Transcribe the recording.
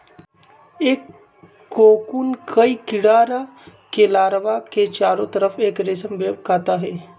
एक कोकून कई कीडड़ा के लार्वा के चारो तरफ़ एक रेशम वेब काता हई